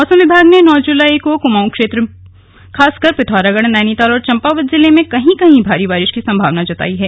मौसम विभाग ने नौ जुलाई को कुमाऊं क्षेत्र खासकर पिथौरागढ़ नैनीताल और चंपावत जिलों में कहीं कहीं भारी बारिश की संभावना जताई है